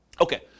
Okay